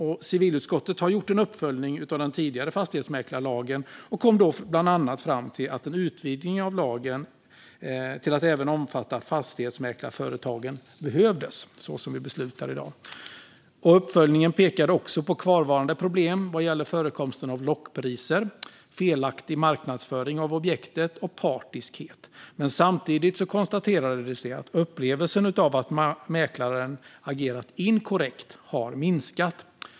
Civilutskottet har gjort en uppföljning av den tidigare fastighetsmäklarlagen och kom då bland annat fram till att det behövdes en utvidgning av lagen till att även omfatta fastighetsmäklarföretagen, något som vi också beslutar om i dag. Uppföljningen pekade även på kvarvarande problem gällande förekomsten av lockpriser, felaktig marknadsföring av objektet och partiskhet. Men samtidigt konstaterades det att upplevelsen av att mäklaren agerat inkorrekt minskat.